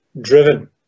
driven